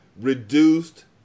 reduced